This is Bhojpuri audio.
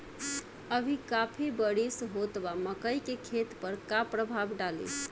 अभी काफी बरिस होत बा मकई के खेत पर का प्रभाव डालि?